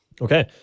Okay